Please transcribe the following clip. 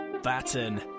Batten